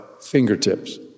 fingertips